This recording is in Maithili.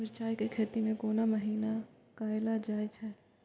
मिरचाय के खेती कोन महीना कायल जाय छै?